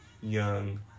young